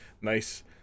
nice